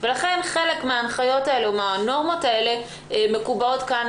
בבית חולים או במקום שמקבלים טיפול רפואי,